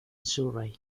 surrey